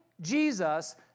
Jesus